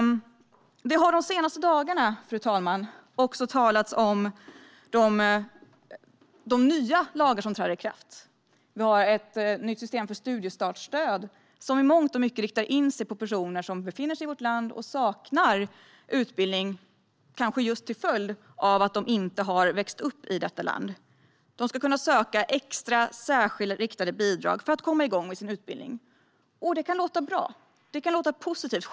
Det har de senaste dagarna också talats om de nya lagar som träder i kraft. Vi har ett nytt system för studiestartsstöd som i mångt och mycket riktar in sig på personer som befinner sig i vårt land och som saknar utbildning, kanske just till följd av att de inte har växt upp i detta land. De ska kunna söka extra, särskilda och riktade bidrag för att komma igång med sin utbildning. Detta kan låta bra och positivt.